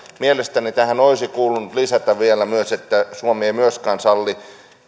mielestäni tähän olisi kuulunut lisätä vielä myös että suomi ei myöskään salli